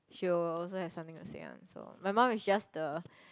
she will also have something to say one so my mum is just the